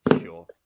sure